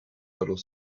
little